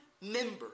member